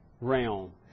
realm